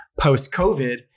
post-covid